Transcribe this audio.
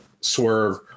swerve